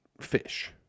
fish